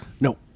No